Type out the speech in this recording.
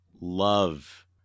love